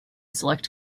select